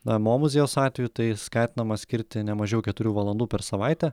na mo muziejaus atveju tai skatinama skirti nemažiau keturių valandų per savaitę